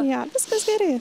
jo viskas gerai